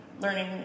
learning